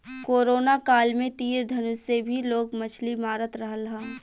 corona काल में तीर धनुष से भी लोग मछली मारत रहल हा